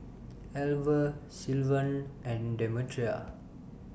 Alver Sylvan and Demetria